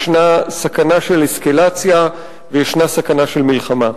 ישנה סכנה של אסקלציה וישנה סכנה של מלחמה.